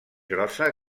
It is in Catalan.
grossa